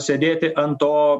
sėdėti ant to